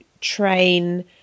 train